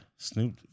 Snoop